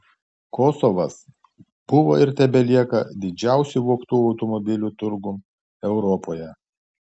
kosovas buvo ir tebelieka didžiausiu vogtų automobilių turgum europoje